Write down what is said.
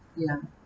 ya